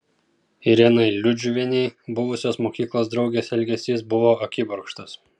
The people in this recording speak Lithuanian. irenai liudžiuvienei buvusios mokyklos draugės elgesys buvo akibrokštas